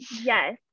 Yes